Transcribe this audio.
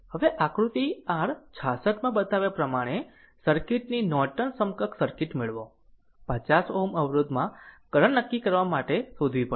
તેથી આકૃતિ r 66 માં બતાવ્યા પ્રમાણે સર્કિટ ની નોર્ટન સમકક્ષ સર્કિટ મેળવો 50 Ω અવરોધમાં કરંટ નક્કી કરવા માટે શોધવી પડશે